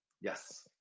Yes